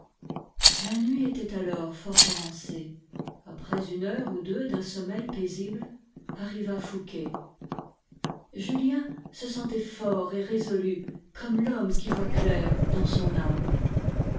la nuit était alors fort avancée après une heure ou deux d'un sommeil paisible arriva fouqué julien se sentait fort et résolu comme l'homme qui voit clair dans son âme